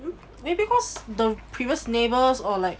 maybe cause the previous neighbours or like